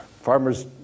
Farmers